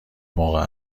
موقع